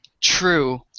True